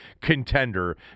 contender